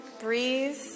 Breathe